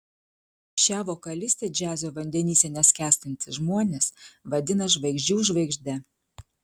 šią vokalistę džiazo vandenyse neskęstantys žmonės vadina žvaigždžių žvaigžde